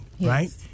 Right